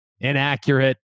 inaccurate